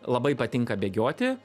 labai patinka bėgioti